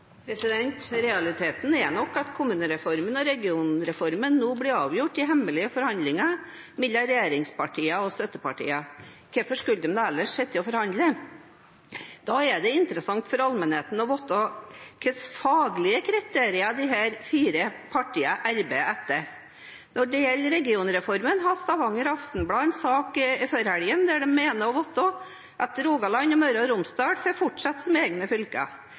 Realiteten er nok at kommunereformen og regionreformen nå blir avgjort i hemmelige forhandlinger mellom regjeringspartiene og støttepartiene. Hvorfor skulle de ellers sitte og forhandle? Da er det interessant for allmennheten å vite hva slags faglige kriterier disse fire partiene arbeider etter. Når det gjelder regionreformen, hadde Stavanger Aftenblad en sak i helga der de mener å vite at Rogaland og Møre og Romsdal får fortsette som egne fylker.